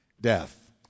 death